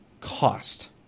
cost